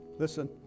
Listen